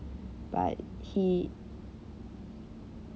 but he